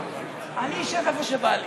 אני אשב איפה שבא לי.